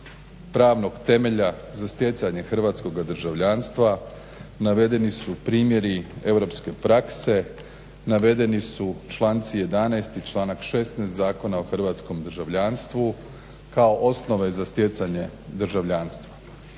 pravnog temelja za stjecanje hrvatskog državljanstva. Navedeni su primjeri europske prakse, navedeni su članci 11. i članak 16. Zakona o hrvatskom državljanstvu kao osnove za stjecanje državljanstva.